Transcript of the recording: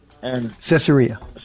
Caesarea